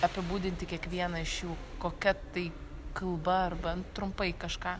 apibūdinti kiekvieną iš jų kokia tai kalba arba trumpai kažką